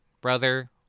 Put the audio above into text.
brother